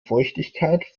feuchtigkeit